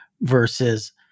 versus